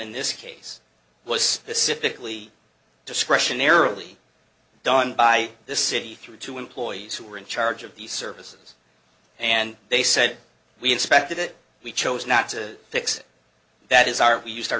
in this case was specifically discretion airily done by the city through two employees who were in charge of the services and they said we inspected it we chose not to fix it that is our we used our